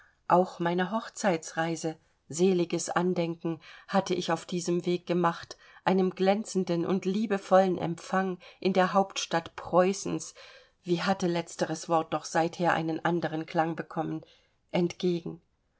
auch meine hochzeitsreise seliges andenken hatte ich auf diesem weg gemacht einem glänzenden und liebevollen empfang in der hauptstadt preußens wie hatte letzteres wort doch seither einen anderen klang bekommen entgegen